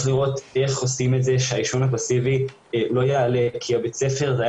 לראות איך גורמים לכך שהעישון הפסיבי לא יעלה כי בית הספר היה